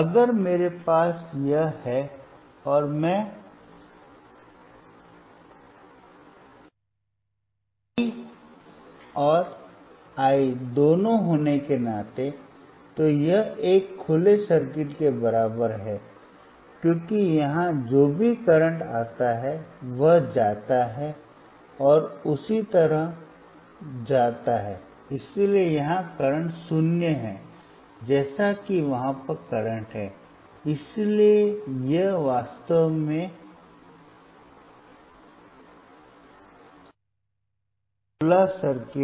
अगर मेरे पास यह है मैं और मैं दोनों होने के नाते तो यह एक खुले सर्किट के बराबर है क्योंकि यहां जो भी करंट आता है वह जाता है और उसी तरह जाता है इसलिए यहां करंट 0 है जैसा कि वहां पर करंट है इसलिए यह वास्तव में है एक खुला सर्किट